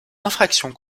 infractions